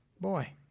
boy